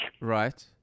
Right